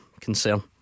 concern